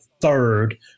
third